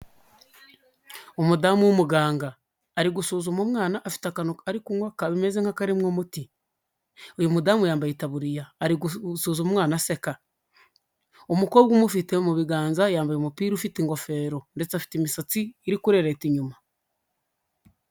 Umudamu w'umuganga ari gusuzuma umwana afite akantu ari kunywa kameze nk'akarimo umuti, uyu mudamu yambaye itaburiya, ari gusuhuza umwana aseka, umukobwa umufite mu biganza yambaye umupira ufite ingofero ndetse afite imisatsi iri kurereta inyuma.